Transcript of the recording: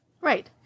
Right